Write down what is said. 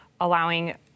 allowing